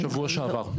שבוע שעבר.